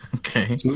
Okay